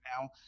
now